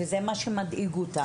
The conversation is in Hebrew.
וזה מה שמדאיג אותנו,